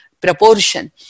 proportion